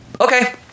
Okay